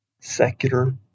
secular